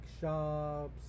shops